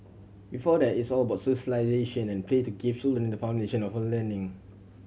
before that it's all about socialisation and play to give children the foundation of learning